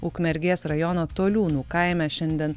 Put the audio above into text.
ukmergės rajono toliūnų kaime šiandien